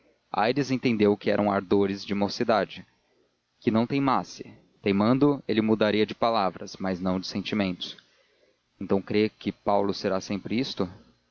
útil aires entendeu que eram ardores da mocidade que não teimasse teimando ele mudaria de palavras mas não de sentimentos então crê que paulo será sempre isto